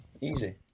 easy